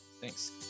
Thanks